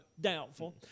Doubtful